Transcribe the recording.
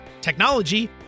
technology